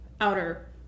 outer